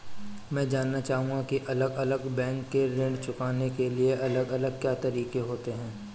मैं जानना चाहूंगा की अलग अलग बैंक के ऋण चुकाने के अलग अलग क्या तरीके होते हैं?